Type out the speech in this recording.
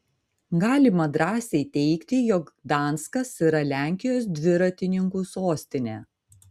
galima drąsiai teigti jog gdanskas yra lenkijos dviratininkų sostinė